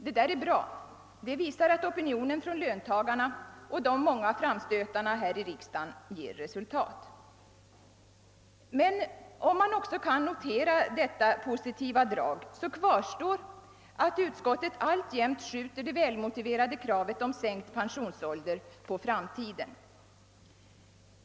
Detta är bra, och det visar att opinionen från löntagarna och de många framstötarna i riksdagen ger resultat. Men om man också kan notera detta positiva drag, kvarstår ändå att utskottet alltjämt skjuter det välmotiverade kravet om sänkt pensionsålder på framtiden.